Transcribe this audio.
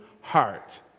heart